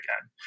again